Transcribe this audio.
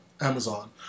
Amazon